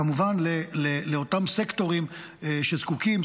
כמובן לאותם סקטורים שזקוקים,